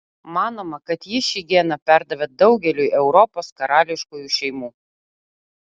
manoma kad ji šį geną perdavė daugeliui europos karališkųjų šeimų